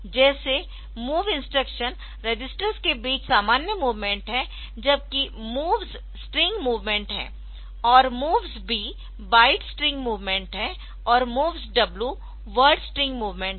जैसे MOV instruction registers के बीच सामान्य मूवमेंट है जबकि MOVS स्ट्रिंग मूवमेंट है और MOVS B byte string movement है और MOVS W word string movement है